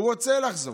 הוא רוצה לחזור.